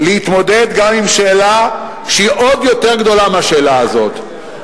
להתמודד גם עם שאלה שהיא עוד יותר גדולה מהשאלה הזאת,